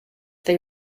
they